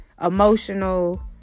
emotional